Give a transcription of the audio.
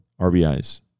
RBIs